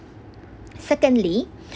secondly